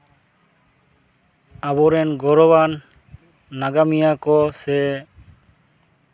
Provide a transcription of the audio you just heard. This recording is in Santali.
ᱟᱵᱚᱨᱮᱱ ᱜᱚᱨᱚᱵᱟᱱ ᱱᱟᱜᱟᱢᱤᱭᱟᱹ ᱠᱚ ᱥᱮ